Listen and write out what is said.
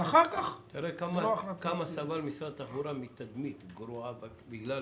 תראה, כמה סבל משרד התחבורה מתדמית גרועה, בגלל